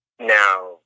now